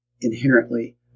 inherently